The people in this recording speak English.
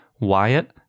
Wyatt